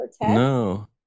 no